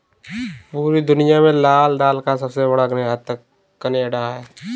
पूरी दुनिया में लाल दाल का सबसे बड़ा निर्यातक केनेडा है